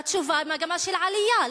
התשובה: מגמה של עלייה.